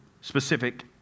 specific